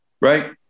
Right